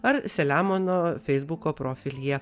ar selemono feisbuko profilyje